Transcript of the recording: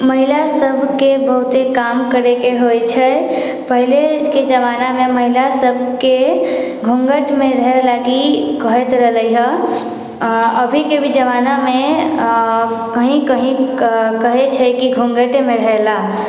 महिला सभके बहुते काम करैके होइ छै पहलेके जमानामे महिला सभके घूँघटमे रहै लागि कहैत रहले हऽ अभीके भी जमानामे कहीं कहीं कहै छै कि घूँघटेमे रहै लए